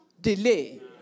delay